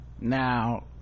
now